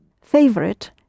Favorite